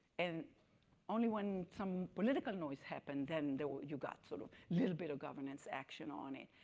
and only when some political noise happened and there you got sort of little bit of governance action on it.